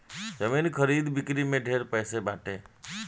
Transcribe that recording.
जमीन खरीद बिक्री में ढेरे पैसा बाटे